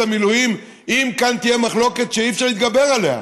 המילואים אם כאן תהיה מחלוקת שאי-אפשר להתגבר עליה.